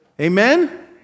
Amen